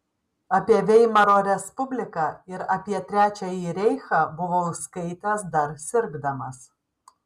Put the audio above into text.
apie veimaro respubliką ir apie trečiąjį reichą buvau skaitęs dar sirgdamas